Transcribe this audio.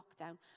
lockdown